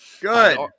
Good